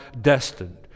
destined